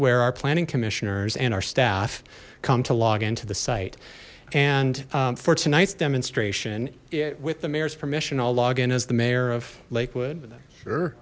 where our planning commissioners and our staff come to log into the site and for tonight's demonstration yet with the mayor's permission i'll log in as the mayor of lakewood sure